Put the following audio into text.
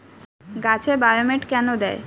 গাছে বায়োমেট কেন দেয়?